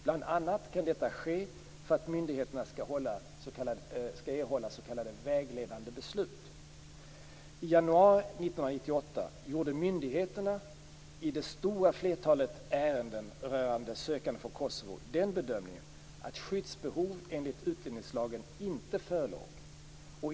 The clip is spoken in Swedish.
Bl.a. kan detta ske för att myndigheterna skall erhålla s.k. vägledande beslut. I januari 1998 gjorde myndigheterna i det stora flertalet ärenden rörande sökande från Kosovo den bedömningen att skyddsbehov enligt utlänningslagen inte förelåg.